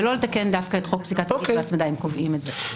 ולא לתקן דווקא את חוק פסיקת ריבית והצמדה אם קובעים את זה.